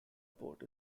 port